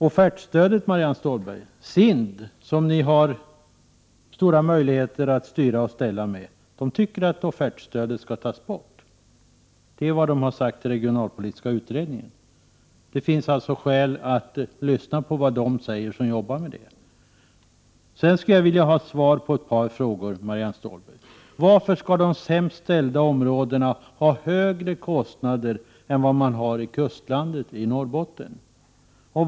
Offertstödet, Marianne Stålberg, anser SIND, som ni har stora möjligheter att styra och ställa med, skall tas bort. Det är vad SIND har uttalat i den regionalpolitiska utredningen. Det finns skäl att lyssna på vad de säger som jobbar med detta. Jag skulle vilja ha svar på ett par frågor, Marianne Stålberg. Varför skall man i de sämst ställda områdena ha högre kostnader än vad man har i kustlandet i Norrbotten?